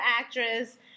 actress